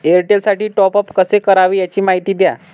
एअरटेलसाठी टॉपअप कसे करावे? याची माहिती द्या